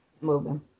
Moving